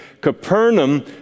Capernaum